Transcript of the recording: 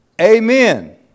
Amen